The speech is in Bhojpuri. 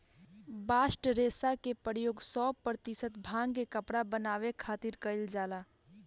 बास्ट रेशा के प्रयोग सौ प्रतिशत भांग के कपड़ा बनावे खातिर कईल जाला